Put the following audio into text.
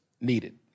needed